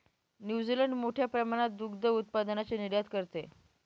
New Zealand मोठ्या प्रमाणात दुग्ध उत्पादनाची निर्यात करते